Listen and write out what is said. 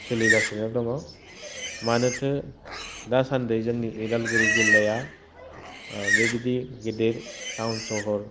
सोलिगासिनो दङ मानोथो दासान्दै जोंनि उदालगुरि जिल्लाया बेबायदि गेदेर टाउन सहर